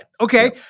Okay